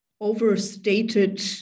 overstated